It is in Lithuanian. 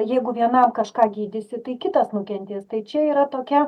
jeigu vienam kažką gydysi tai kitas nukentės tai čia yra tokia